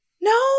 no